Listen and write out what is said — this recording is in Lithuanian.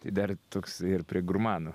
tai dar toks ir prie gurmanų